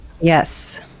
yes